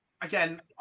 Again